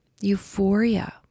euphoria